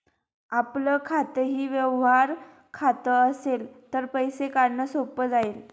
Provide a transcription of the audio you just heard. आपलं खातंही व्यवहार खातं असेल तर पैसे काढणं सोपं जाईल